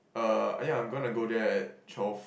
uh ya I'm gonna go there at twelve